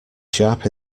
sharp